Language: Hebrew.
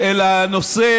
אלא הנושא